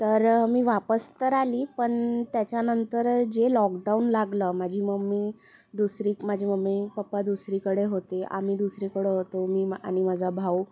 तर मी वापस तर आली पण त्याच्यानंतर जे लॉकडाउन लागलं माझी मम्मी दुसरी माझी मम्मी पप्पा दुसरीकडे होते आम्ही दुसरीकडं होतो मी आणि माझा भाऊ